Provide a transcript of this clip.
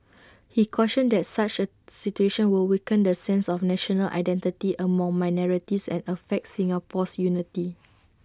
he cautioned that such A situation will weaken the sense of national identity among minorities and affect Singapore's unity